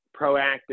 proactive